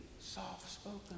soft-spoken